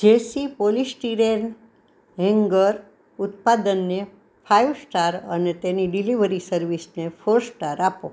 જેસી polystyrene hanger ઉત્પાદનને five star અને તેની ડિલિવરી સર્વિસને ફોર સ્ટાર આપો